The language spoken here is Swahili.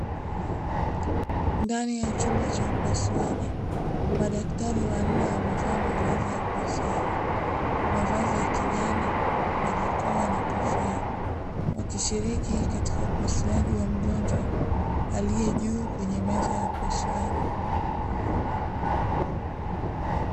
Ndani ya chumba cha upasuaji, madaktari wanne wamevaa mavazi ya upasuaji, mavazi ya kijani, barakoa na kofia, wakishiriki katika upasuaji wa mgonjwa aliye juu kwenye meza ya upasuaji.